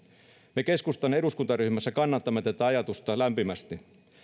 me keskustan eduskuntaryhmässä kannatamme tätä ajatusta lämpimästi